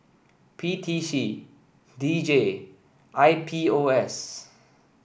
P T C D J and I P O S